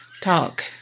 talk